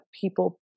people